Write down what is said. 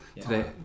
today